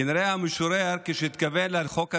כנראה המשורר, כשהתכוון לחוק הזה,